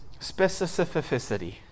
Specificity